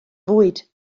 fwyd